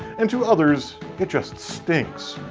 and to others it just stinks.